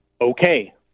Okay